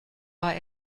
war